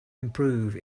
improve